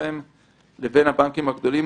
לבין הבנקים הגדולים,